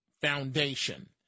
foundation